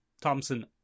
Thompson